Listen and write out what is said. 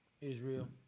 Israel